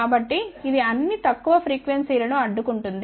కాబట్టి ఇది అన్ని తక్కువ ఫ్రీక్వెన్సీలను అడ్డుకుంటుంది